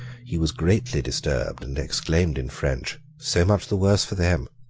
he was greatly disturbed, and exclaimed in french, so much the worse for them.